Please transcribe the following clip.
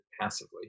passively